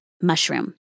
mushroom